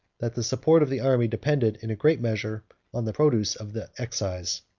that the support of the army depended in a great measure on the produce of the excise.